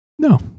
No